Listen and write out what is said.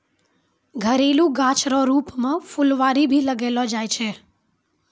घरेलू गाछ रो रुप मे फूलवारी भी लगैलो जाय छै